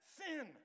sin